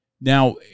Now